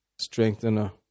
strengthener